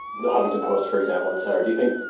the huffington post, for example, et cetera. do you think,